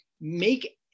make